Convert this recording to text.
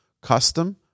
custom